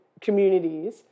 communities